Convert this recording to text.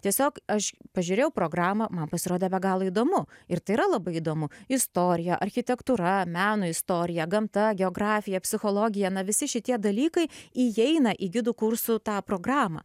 tiesiog aš pažiūrėjau programą man pasirodė be galo įdomu ir tai yra labai įdomu istorija architektūra meno istorija gamta geografija psichologija na visi šitie dalykai įeina į gidų kursų tą programą